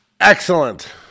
excellent